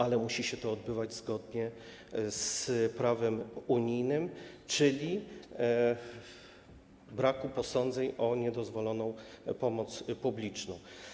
Ale musi się to odbywać zgodnie z prawem unijnym, czyli przy braku posądzeń o niedozwoloną pomoc publiczną.